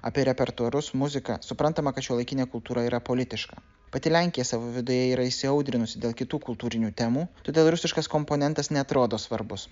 apie repertuarus muziką suprantama kad šiuolaikinė kultūra yra politiška pati lenkija savo viduje yra įsiaudrinusi dėl kitų kultūrinių temų todėl rusiškas komponentas neatrodo svarbus